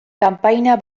kanpaina